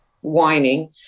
whining